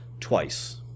twice